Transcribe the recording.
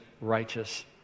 righteous